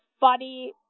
body